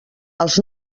els